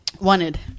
wanted